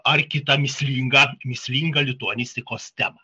ar kitą mįslingą mįslingą lituanistikos temą